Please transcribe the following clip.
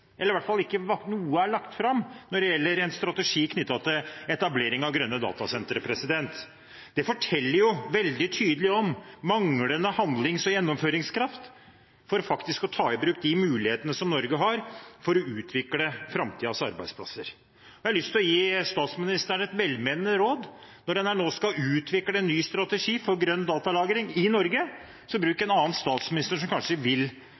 eller i hvert fall at ikke noe er lagt fram, når det gjelder en strategi knyttet til etablering av grønne datasentre. Det forteller veldig tydelig om manglende handlings- og gjennomføringskraft til faktisk å ta i bruk de mulighetene som Norge har, for å utvikle framtidens arbeidsplasser. Jeg har lyst til å gi statsministeren et velment råd. Når en nå skal utvikle en ny strategi for grønn datalagring i Norge, bruk en annen statsråd som kanskje vil